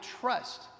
trust